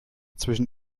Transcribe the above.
zwischen